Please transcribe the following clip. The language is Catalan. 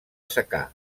secà